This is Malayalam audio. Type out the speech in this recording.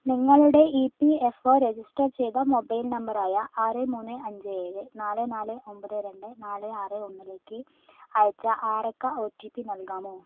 നിങ്ങളുടെ E P F O register ചെയ്ത മൊബൈൽ നമ്പർ ആയ ആറ് മൂന്ന് അഞ്ച് ഏഴ് നാല് നാല് ഒമ്പത് രണ്ട് നാല് ആറ് ഒന്നിലേക്ക് അയച്ച ആറക്ക ഒ റ്റി പി നൽകാമോ